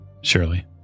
Surely